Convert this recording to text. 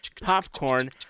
Popcorn